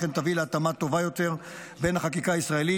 אכן תביא להתאמה טובה יותר בין החקיקה הישראלית